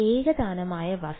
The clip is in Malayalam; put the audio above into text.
ഏകതാനമായ വസ്തു